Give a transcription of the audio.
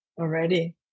already